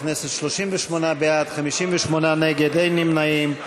חברי הכנסת, 38 בעד, 58 נגד, אין נמנעים.